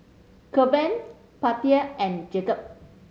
Keven Bettye and Jacob